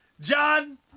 John